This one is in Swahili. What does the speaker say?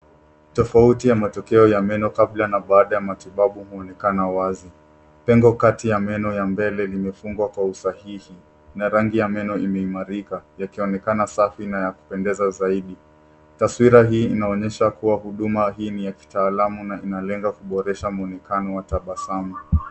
Tofauti ya matokeo ya meno kabla na baada ya matibabu huonekana wazi. Pengo kati ya meno ya mbele imefungwakwa usahihi na rangi ya meno imeimarika, yakionekana safi na ya kupendeza zaidi. Taswira hii inaonyesha kuwa huduma hii ni ya kitaalamu na inalenga kuboresha mwonekano wa tabasamu.